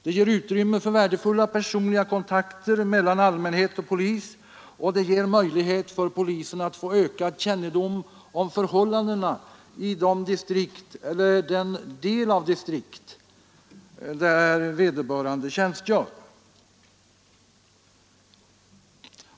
Det ger utrymme för värdefulla personliga kontakter mellan allmänhet och polis och möjlighet för polisen att få ökad kännedom om förhållandena i den del av ett distrikt där vederbörande tjänstgör.